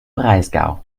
breisgau